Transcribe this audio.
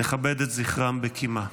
נכבד את זכרם בקימה.